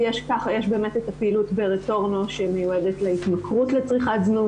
יש פעילות ברטורנו, שמיועדת להתמכרות לצריכת זנות.